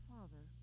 Father